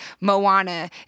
Moana